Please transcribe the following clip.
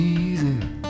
easy